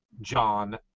John